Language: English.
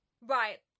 Right